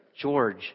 George